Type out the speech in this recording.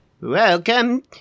Welcome